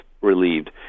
relieved